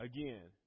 Again